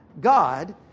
God